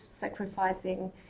sacrificing